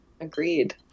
Agreed